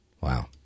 Wow